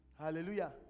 Hallelujah